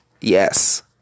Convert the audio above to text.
Yes